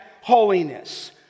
holiness